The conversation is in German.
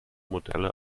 modelle